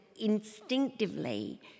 instinctively